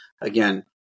Again